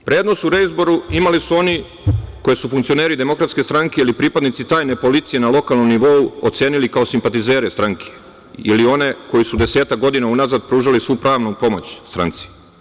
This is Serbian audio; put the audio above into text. Prednost u reizboru imali su oni koje su funkcioneri DS ili pripadnici tajne policije na lokalnom nivou ocenili kao simpatizere stranke ili one koji su desetak godina unazad pružali svu pravnu pomoć stranci.